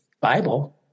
Bible